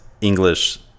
English